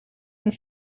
and